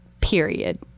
Period